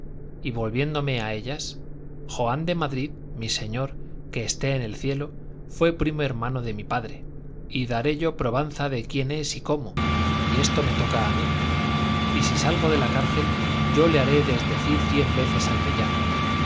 y volviéndome a ellas joan de madrid mi señor que esté en el cielo fue primo hermano de mi padre y daré yo probanza de quién es y cómo y esto me toca a mí y si salgo de la cárcel yo le haré desdecir cien veces al bellaco